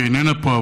שאיננה פה,